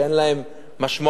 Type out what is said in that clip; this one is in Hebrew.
שאין להם משמעות,